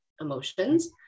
emotions